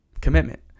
commitment